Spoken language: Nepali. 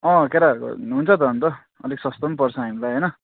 अँ केटाहरूको हुन्छ त अन्त अलिक सस्तो पनि पर्छ हामीलाई होइन